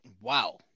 Wow